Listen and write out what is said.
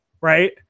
right